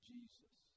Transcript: Jesus